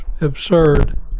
Absurd